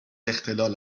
اختلال